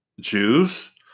Jews